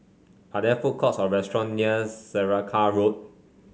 are there food courts or restaurant near Saraca Road